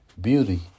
Beauty